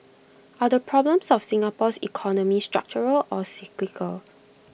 are the problems of Singapore's economy structural or cyclical